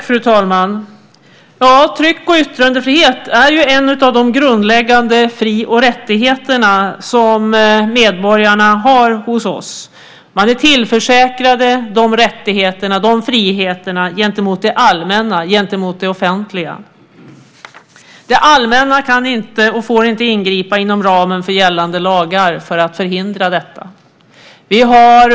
Fru talman! Tryck och yttrandefrihet är en av de grundläggande fri och rättigheterna som våra medborgare har. Man är tillförsäkrad de rättigheterna, de friheterna, gentemot det allmänna, det offentliga. Det allmänna kan inte och får inte ingripa inom ramen för gällande lagar för att förhindra detta.